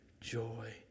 joy